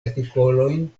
artikolojn